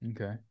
okay